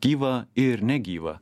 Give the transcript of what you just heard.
gyva ir negyva